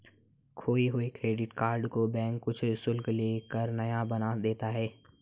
खोये हुए credit card को बैंक कुछ शुल्क ले कर नया बना देता है